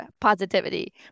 positivity